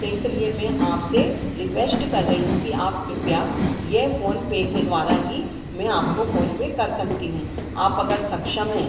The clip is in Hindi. तो इसलिए मैं आपसे रिक्वेश्ट कर रही हूँ कि आप कृपया यह फ़ोनपे के द्वारा ही मैं आपको फ़ोनपे कर सकती हूँ आप अगर सक्षम हैं